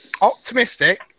Optimistic